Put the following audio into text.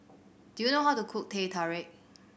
do you know how to cook Teh Tarik